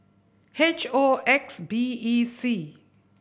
H O X B E C